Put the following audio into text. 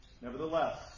Nevertheless